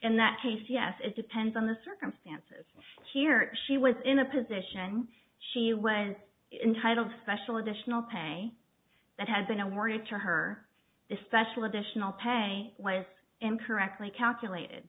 that case yes it depends on the circumstances here she was in a position she was entitled special additional pay that had been awarded to her the special additional pay was incorrectly calculated